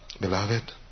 Beloved